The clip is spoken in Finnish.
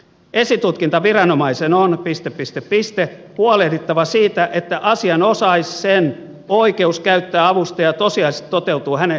esitutkintaviranomaisen on huolehdittava siitä että asianosaisen oikeus käyttää avustajaa tosiasiallisesti toteutuu hänen sitä halutessaan